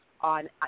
on